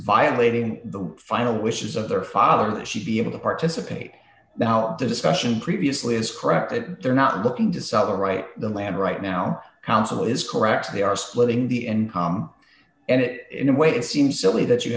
violating the final wishes of their father that she be able to participate now the discussion previously is correct that they're not looking to sell right the land right now council is correct they are splitting the income and it in a way it seems silly that you